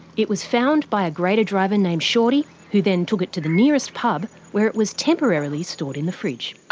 it was found by a grader driver named shorty, who then took it to the nearest pub where it was temporarily stored in the fridge.